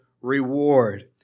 reward